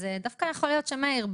דווקא יכול להיות שמאיר,